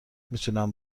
میتونم